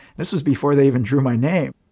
this was before they even drew my name.